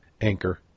anchor